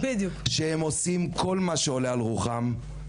שהם עושים כל מה שעולה על רוחם,